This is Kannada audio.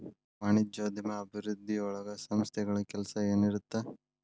ವಾಣಿಜ್ಯೋದ್ಯಮ ಅಭಿವೃದ್ಧಿಯೊಳಗ ಸಂಸ್ಥೆಗಳ ಕೆಲ್ಸ ಏನಿರತ್ತ